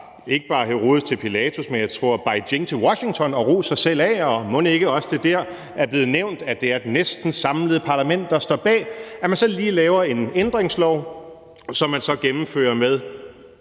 ikke bare Herodes til Pilatus, men jeg tror fra Beijing til Washington, og rost sig selv af, og mon ikke også, at det dér er blevet nævnt, at det er et næsten samlet parlament, der står bag – så lige laver en ændringslov, som man så gennemfører med